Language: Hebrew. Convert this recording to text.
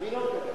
אני לא מדבר.